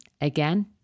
Again